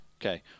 Okay